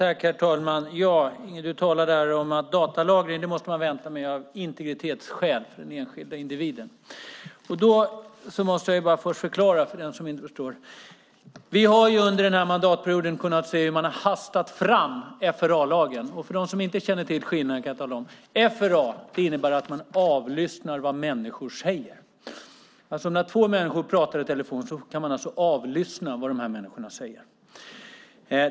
Herr talman! Inge Garstedt talade om att man måste vänta med datalagring av integritetsskäl med hänsyn till den enskilda individen. Jag måste först bara förklara för den som inte förstår: Vi har under denna mandatperiod kunnat se hur FRA-lagen har hastats fram, och för dem som inte känner till skillnaden kan jag tala om att FRA innebär att man avlyssnar vad människor säger. När två människor pratar i telefon kan man alltså avlyssna vad de säger.